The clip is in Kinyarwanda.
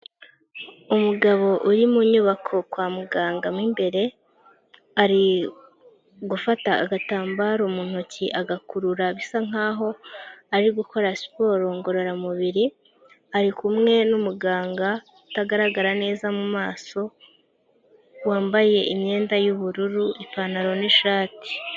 Umugabo uri mu nyubako kwa muganga mo imbere, ari gufata agatambaro mu ntoki agakurura bisa nk'aho ari gukora siporo ngororamubiri, ari kumwe n'umuganga utagaragara neza mu maso, wambaye imyenda y'ubururu, ipantaro n'ishati.